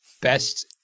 best